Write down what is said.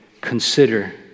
consider